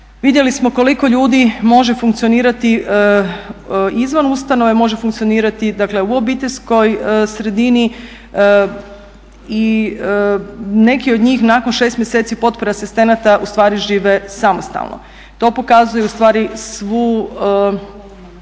vidjeli smo koliko ljudi može funkcionirati izvan ustanove, može funkcionirati u obiteljskoj sredini. Neki od njih nakon 6 mjeseci potpore asistenata ustvari žive samostalno. To pokazuje ustvari svu,